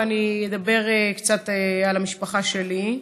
ואני אדבר קצת על המשפחה שלי.